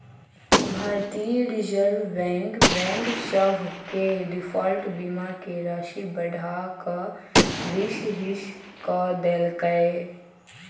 भारतीय reserve bank bank सभ के डिफॉल्ट बीमा के राशि बढ़ा कऽ बीस हिस क देल्कै